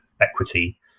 equity